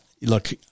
look